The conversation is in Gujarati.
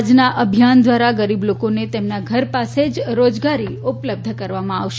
આજના દ્વારા ગરીબ લોકોને તેમના ઘર પાસે જ રોજગારી ઉપલબ્ધ કરાવવામાં આવશે